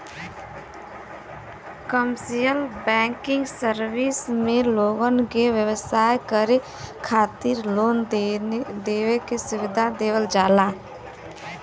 commercial banking service में लोगन के व्यवसाय करे खातिर लोन देवे के सुविधा देवल जाला